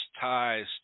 ties